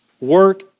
work